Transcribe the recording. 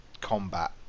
combat